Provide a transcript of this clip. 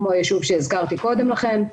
כמו היישוב שהזכרתי קודם לכן.